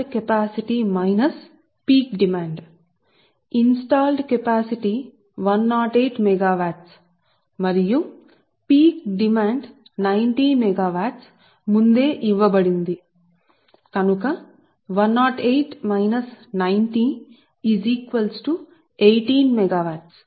వ్యవస్థాపించిన సామర్థ్యం 108 మెగావాట్లు మరియు గరిష్ట డిమాండ్ ఇప్పటికే 90 మెగావాట్లు గరిష్ట డిమాండ్ 90 మెగావాట్ల ఇవ్వబడింది సరే కాబట్టి 108 90 అంటే 18 మెగావాట్లు